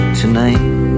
tonight